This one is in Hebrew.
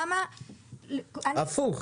להיפך,